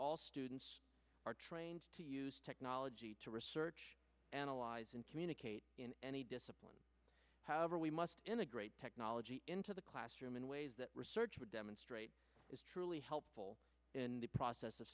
all students are trained to use technology to research analyze and communicate in any discipline however we must integrate technology into the classroom in ways that research would demonstrate is truly helpful in the process of